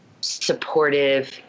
supportive